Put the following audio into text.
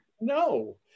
no